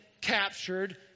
captured